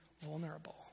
vulnerable